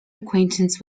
acquaintance